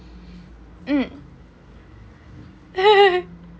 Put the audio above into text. mm